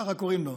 ככה קוראים לו,